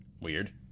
weird